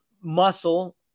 muscle